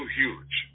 huge